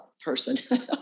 person